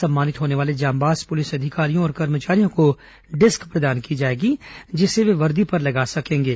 सम्मानित होने वाले जांबाज पुलिस अधिकारियों और कर्मचारियों को डिस्क प्रदान की जाएगी जिसे वे वर्दी पर लगा सकेंगे